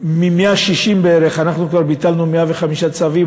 מ-160 בערך כבר ביטלנו 105 צווים.